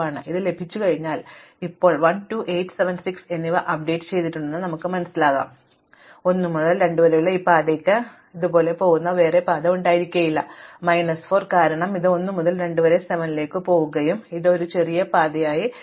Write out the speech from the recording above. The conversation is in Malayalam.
ഇപ്പോൾ ഇത് ലഭിച്ചുകഴിഞ്ഞാൽ ഞങ്ങൾ ഇപ്പോൾ 1 2 8 7 6 എന്നിവ അപ്ഡേറ്റ് ചെയ്തിട്ടുണ്ടെന്ന് നിങ്ങൾ മനസ്സിലാക്കും ഇപ്പോൾ എനിക്ക് മറ്റൊരു പാത ഉണ്ടെന്ന് ശ്രദ്ധിക്കുക 1 മുതൽ 2 വരെയുള്ള ഈ പാതയ്ക്ക് ഇത് പോകുന്ന ഒരു പാത ഉണ്ടായിരിക്കില്ല മൈനസ് 4 കാരണം ഇത് 1 മുതൽ 2 വരെ 7 ലേക്ക് പോകുകയും ഇത് ഒരു ചെറിയ പാതയായി മാറുകയും ചെയ്യുന്നു